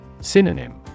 Synonym